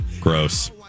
Gross